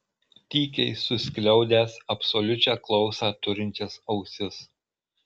tykiai suskliaudęs absoliučią klausą turinčias ausis